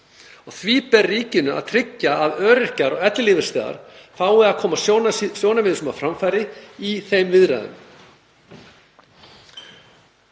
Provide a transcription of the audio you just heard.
Því ber ríkinu að tryggja að öryrkjar og ellilífeyrisþegar fái að koma sjónarmiðum á framfæri í þeim viðræðum